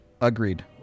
agreed